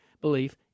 belief